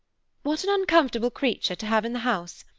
what an uncomfortable creature to have in the house!